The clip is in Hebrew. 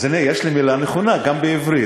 אז הנה, יש לי מילה נכונה גם בעברית.